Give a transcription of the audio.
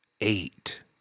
eight